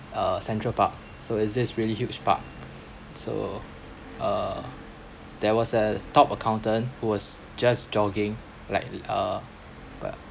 uh central park so is this really huge park so uh there was a top accountant who was just jogging like uh back